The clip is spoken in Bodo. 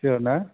पिय'र ना